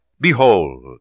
Behold